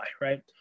right